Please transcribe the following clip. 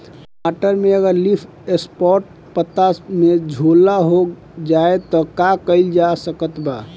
टमाटर में अगर लीफ स्पॉट पता में झोंका हो जाएँ त का कइल जा सकत बा?